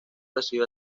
recibe